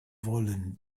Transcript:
wollen